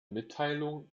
mitteilung